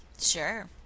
Sure